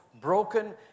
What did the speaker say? broken